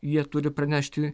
jie turi pranešti